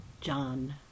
John